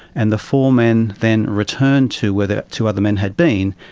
and the four men then returned to where the two other men had been,